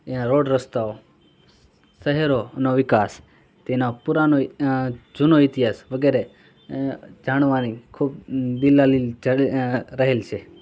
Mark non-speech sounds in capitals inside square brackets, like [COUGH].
ત્યાં રોડ રસ્તાઓ શહેરોનો વિકાસ તેનો પૂરાનો અં જૂનો ઇતિહાસ વગેરે અં જાણવાની ખૂબ [UNINTELLIGIBLE] રહેલી છે